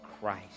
Christ